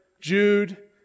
Jude